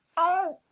o,